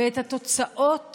ואת התוצאות